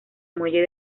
muelle